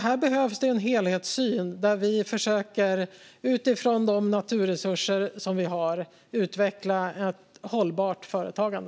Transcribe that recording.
Här behövs alltså en helhetssyn där vi utifrån de naturresurser som vi har försöker utveckla ett hållbart företagande.